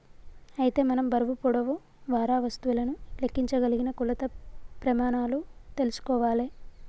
అయితే మనం బరువు పొడవు వారా వస్తువులను లెక్కించగలిగిన కొలత ప్రెమానాలు తెల్సుకోవాలే